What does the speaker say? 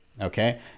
Okay